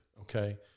okay